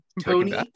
Tony